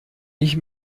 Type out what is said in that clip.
ich